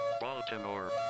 Baltimore